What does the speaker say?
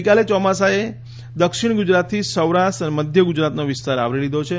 ગઇકાલે ચોમાસાએ દક્ષિણ ગુજરાતથી સૌરાષ્ટ્ર મધ્ય ગુજરાતનો વિસ્તાર આવરી લીધો છે